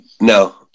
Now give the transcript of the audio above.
No